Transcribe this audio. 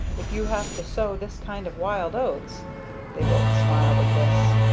if you have to sow this kind of wild oats they both smiled at this,